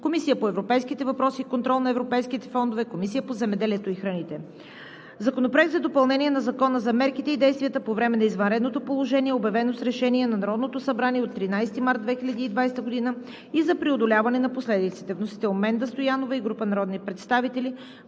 Комисията по европейските въпроси и контрол на европейските фондове, Комисията по земеделието и храните. Законопроект за допълнение на Закона за мерките и действията по време на извънредното положение, обявено с Решение на Народното събрание от 13 март 2020 г., и за преодоляване на последиците. Вносител – Менда Стоянова и група народни представители.